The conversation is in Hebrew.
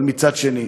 אבל מצד שני,